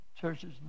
churches